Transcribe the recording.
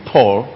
Paul